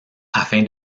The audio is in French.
afin